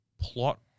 plot